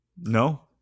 No